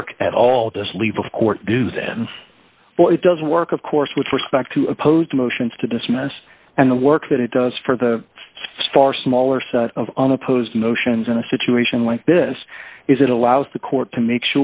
work at all does leave of court do them well it does work of course with respect to opposed to motions to dismiss and the work that it does for the far smaller set of unopposed motions in a situation like this is it allows the court to make